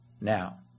now